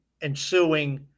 ensuing